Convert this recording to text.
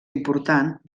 important